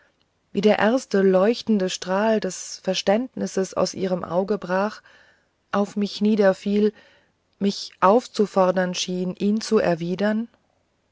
wie der erste leuchtende strahl des verständnisses aus ihrem auge brach auf mich niederfiel mich aufzufordern schien ihn zu erwidern